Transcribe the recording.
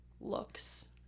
looks